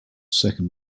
second